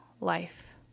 life